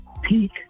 peak